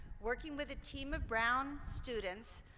working with a team of brown students,